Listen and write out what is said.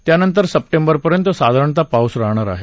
त्यानंतर सप्टेंबरपर्यंत साधारण पाऊस राहणार आहे